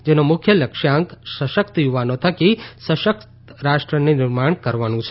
જેનો મુખ્ય લક્ષ્યાંક સશકત યુવાનો થકી સશકત રાષ્ટ્રને નિર્માણ કરવાનું છે